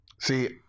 See